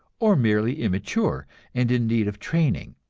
or merely immature and in need of training.